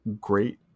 great